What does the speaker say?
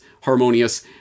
harmonious